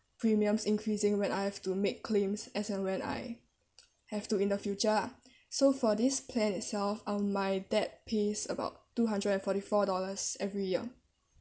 premiums increasing when I have to make claims as in when I have to in the future lah so for this plan itself uh my dad pays about two hundred and forty four dollars every year